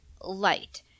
light